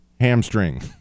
hamstring